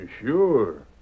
Sure